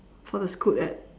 for the scoot ad